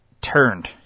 turned